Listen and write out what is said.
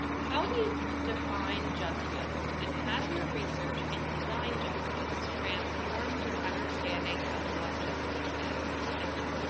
how do you define justice? and has your research in design justice transformed your understanding of what justice is and how